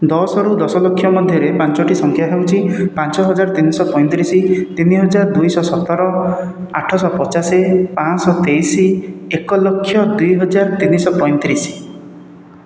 ଦଶରୁ ଦଶଲକ୍ଷ ମଧ୍ୟରେ ପାଞ୍ଚୋଟି ସଂଖ୍ୟା ହେଉଛି ପାଞ୍ଚ ହଜାର ତିନିଶହ ପଇଁତିରିଶ ତିନି ହଜାର ଦୁଇଶହ ସତର ଆଠଶହ ପଚାଶ ପାଁଶହ ତେଇଶି ଏକ ଲକ୍ଷ ଦୁଇ ହଜାର ତିନିଶହ ପଇଁତିରିଶ